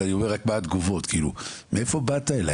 אבל אני רק אומר מה התגובות מאיפה באת אליי?